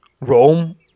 Rome